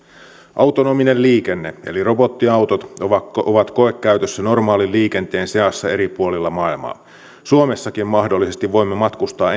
autonominen liikenne eli robottiautot ovat ovat koekäytössä normaaliliikenteen seassa eri puolilla maailmaa suomessakin mahdollisesti voimme matkustaa